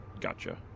Gotcha